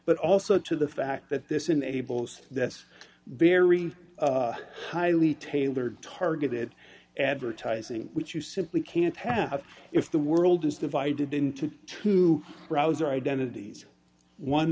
but also to the fact that this enables that very highly tailored targeted advertising which you simply can't have if the world is divided into two browser identities one